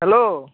hello